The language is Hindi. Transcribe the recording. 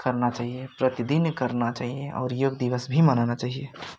करना चहिए प्रतिदिन करना चहिए और योग दिवस भी मनाना चहिए